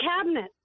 cabinet